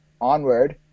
Onward